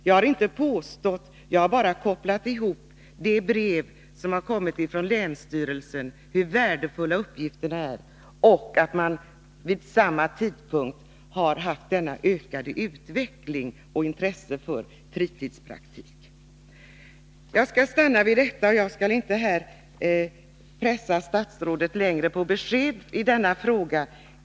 Jag har inte påstått det, utan bara kopplat ihop det brev om hur värdefulla uppgifterna är som har kommit från länsstyrelsen och det faktum att vi vid samma tidpunkt har kunnat notera detta ökade intresse för fritidspraktik och verksamhetens utveckling. Jag skall stanna vid detta och inte här pressa statsrådet på besked i denna fråga.